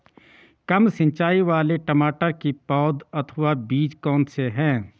कम सिंचाई वाले टमाटर की पौध अथवा बीज कौन से हैं?